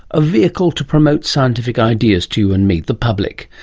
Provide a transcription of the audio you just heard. a vehicle to promote scientific ideas to you and me, the public.